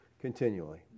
continually